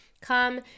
come